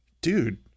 dude